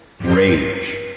rage